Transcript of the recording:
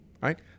right